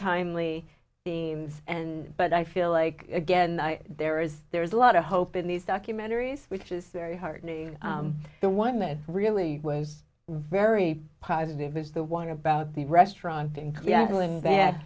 timely the and but i feel like again there is there is a lot of hope in these documentaries which is very heartening the one that really was very positive is the one about the restaurant th